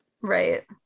Right